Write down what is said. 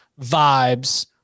vibes